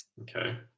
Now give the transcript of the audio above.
Okay